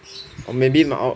or maybe my